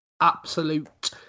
absolute